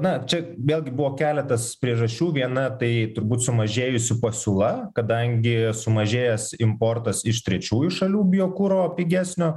na čia vėlgi buvo keletas priežasčių viena tai turbūt sumažėjusi pasiūla kadangi sumažėjęs importas iš trečiųjų šalių biokuro pigesnio